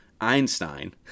Einstein